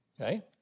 Okay